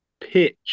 pitch